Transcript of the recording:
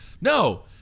No